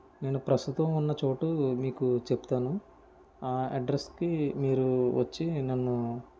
నేను ప్రస్తుతం ఉన్న చోటు మీకు చెప్తాను ఆ అడ్రస్ కి మీరు వచ్చి నన్ను